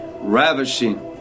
ravishing